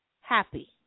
happy